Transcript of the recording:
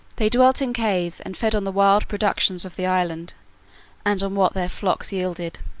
they dwelt in caves and fed on the wild productions of the island and on what their flocks yielded,